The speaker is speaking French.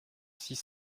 six